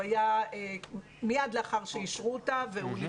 הוא היה מיד לאחר שאישרו אותה והוא